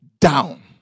down